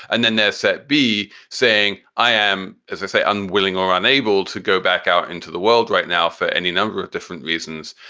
and then there said be saying i am, as i say, unwilling or unable to go back out into the world right now for any number of different reasons.